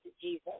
Jesus